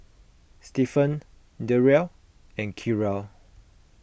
Stephen Derrell and Kiarra